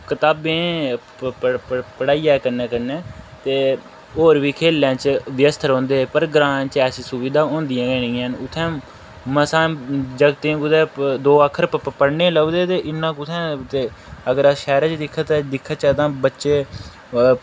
कताबें पढ़ाइयै दे कन्नै कन्नै ते होर बी खैले च व्यस्त रौंह्दे पर ग्रांऽ च ऐसी सुविधा होंदिया गै नेईं ऐ न इत्थें मसां जागतें कुदै दो अक्खर पढ़ने गी लभदे ते इन्ना कुत्थें ते अगर अस शैह्रै च दिख दिखचै तां बच्चे